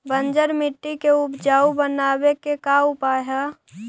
बंजर मट्टी के उपजाऊ बनाबे के का उपाय है?